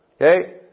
Okay